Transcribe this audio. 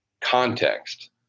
context